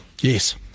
yes